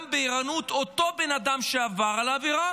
גם בערנות כלפי אותו אדם שעבר על העבירה,